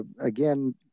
again